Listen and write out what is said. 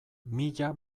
mila